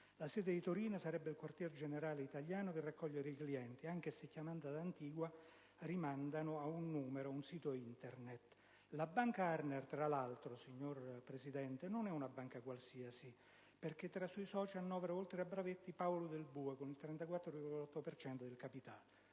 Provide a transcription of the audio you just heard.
La sede di Torino sarebbe il quartier generale italiano per raccogliere i clienti, anche se chiamando ad Antigua rimandano ad un sito Internet. La Banca Arner, tra l'altro, non è una banca qualsiasi, perché tra i suoi soci annovera, oltre a Nicola Bravetti, Paolo Del Bue, con il 34,8 per cento